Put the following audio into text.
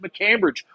McCambridge